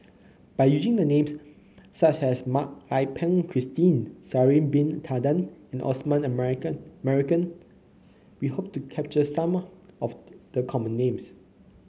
by using the names such as Mak Ai Peng Christine Sha'ari Bin Tadin and Osman Merican Merican we hope to capture some of the common names